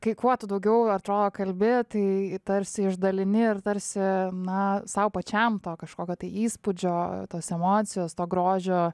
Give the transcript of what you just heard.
ki kuo tu daugiau atrodo kalbi tai tarsi išdalini ir tarsi na sau pačiam to kažkokio tai įspūdžio tos emocijos to grožio